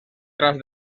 tras